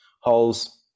holes